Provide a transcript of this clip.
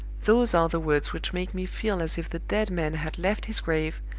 those are the words which make me feel as if the dead man had left his grave,